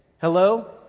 Hello